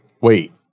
Wait